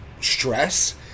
stress